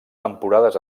temporades